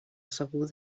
segur